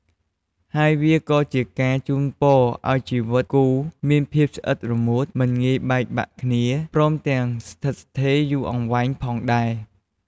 ហើយវាក៏ជាការជូនពរឲ្យជីវិតគូរមានភាពស្អិតរមួត មិនងាយបែកបាក់គ្នា ព្រមទាំងស្ថិតស្ថេរយូរអង្វែងផងដែរ។